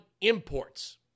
imports